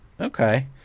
Okay